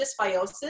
dysbiosis